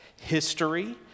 history